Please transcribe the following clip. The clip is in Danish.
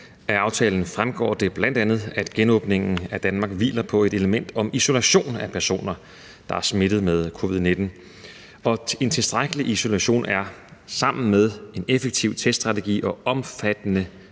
Af aftalen fremgår det bl.a., at genåbningen af Danmark hviler på et element om isolation af personer, der er smittet med covid-19, og en tilstrækkelig isolation er sammen med en effektiv teststrategi og omfattende